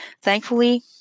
Thankfully